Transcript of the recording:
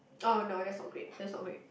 oh no that's not great that's not great